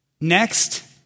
Next